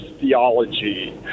theology